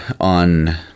on –